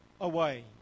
away